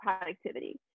productivity